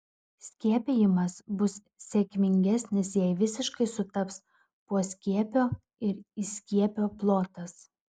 skiepijimas bus sėkmingesnis jei visiškai sutaps poskiepio ir įskiepio plotas